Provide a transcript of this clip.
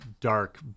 dark